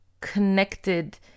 connected